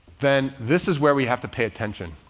then this is where we have to pay attention.